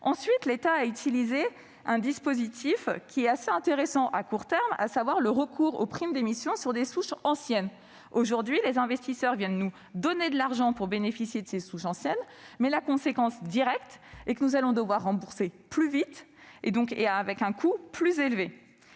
part, l'État a utilisé un dispositif assez intéressant à court terme : les primes d'émission sur des souches anciennes. Aujourd'hui, les investisseurs nous donnent de l'argent pour bénéficier de ces souches anciennes. Mais la conséquence directe est que nous allons devoir rembourser plus vite et à un coût plus élevé.